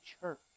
church